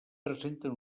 presenten